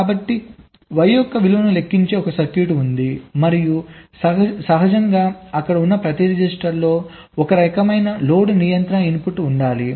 కాబట్టి Y యొక్క విలువను లెక్కించే ఒక సర్క్యూట్ ఉంది మరియు మరియు సహజంగా అక్కడ ఉన్న ప్రతి రిజిస్టర్లో ఒక రకమైన లోడ్ నియంత్రణ ఇన్పుట్ ఉండాలి